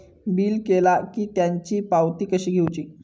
Bill केला की त्याची पावती कशी घेऊची?